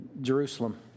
Jerusalem